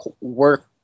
work